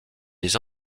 des